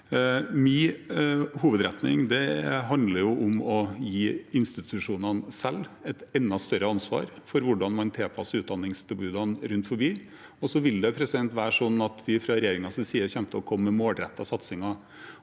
Min hovedretning handler om å gi institusjonene selv et enda større ansvar for hvordan man tilpasser utdanningstilbudene rundt forbi. Så vil det være sånn at vi fra regjeringens side kommer til å komme med målrettede satsinger.